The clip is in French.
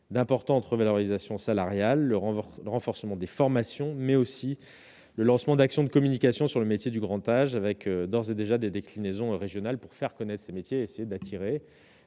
d'importantes revalorisations salariales, le renforcement des formations mais aussi le lancement d'actions de communication sur les métiers du grand âge, avec d'ores et déjà des déclinaisons régionales pour faire connaître ces métiers essayer d'attirer